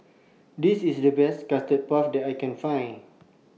This IS The Best Custard Puff that I Can Find